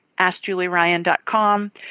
AskJulieRyan.com